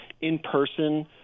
in-person